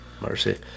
Mercy